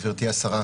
גברתי השרה,